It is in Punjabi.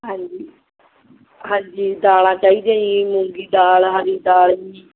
ਹਾਂਜੀ ਹਾਂਜੀ ਦਾਲਾਂ ਚਾਹੀਦੀਆਂ ਜੀ ਮੂੰਗੀ ਦਾਲ ਹਰੀ ਦਾਲ ਵੀ